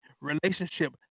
relationship